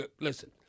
listen